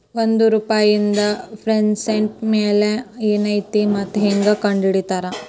ಒಂದ ರೂಪಾಯಿದ್ present value ಏನೈತಿ ಮತ್ತ ಹೆಂಗ ಕಂಡಹಿಡಿತಾರಾ